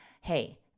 hey